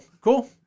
cool